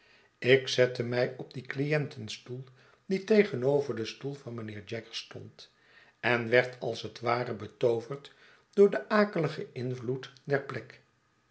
ik zette mij op den clienten stoel die tegenover den stoel van mijnheer jaggers stond en werd als het ware betooverd door den akeiigen invloed der plek